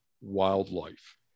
wildlife